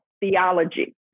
theology